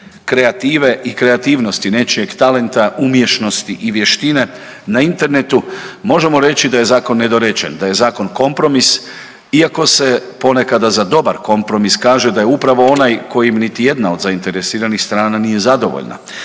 kreative i kreativnosti nečijeg talenta, umješnosti i vještine na Internetu možemo reći da je zakon nedorečen, da je zakon kompromis iako se ponekada za dobar kompromis kaže da je upravo onaj kojem niti jedna od zainteresiranih strana nije zadovoljna.